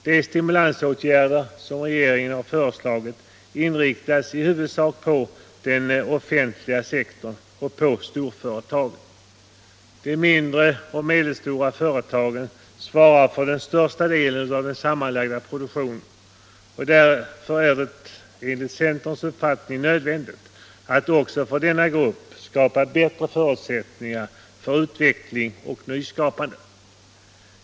De stimulansåtgärder som regeringen föreslagit inriktas i huvudsak på den offentliga sektorn och på storföretagen. De mindre och medelstora företagen svarar för den största delen av den sammanlagda produktionen. Därför är det enligt centerns uppfattning nödvändigt att också för denna grupp skapa bättre förutsättningar för utveckling och nyskapande.